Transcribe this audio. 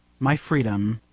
my freedom,